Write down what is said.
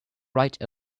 right